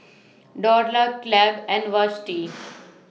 Dorla Clabe and Vashti